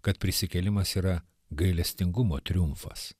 kad prisikėlimas yra gailestingumo triumfas